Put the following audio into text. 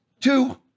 Two